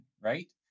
right